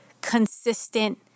consistent